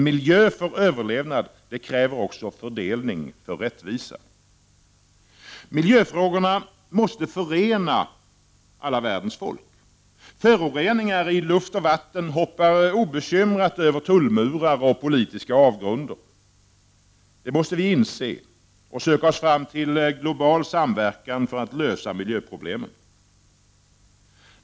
Miljö för överlevnad kräver också fördelning för rättvisa. Miljöfrågorna måste förena alla världens folk. Föroreningar i luft och vatten hoppar obekymrat över tullmurar och politiska avgrunder. Det måste vi inse, och vi måste söka oss fram till en global samverkan för att lösa miljöproblemen.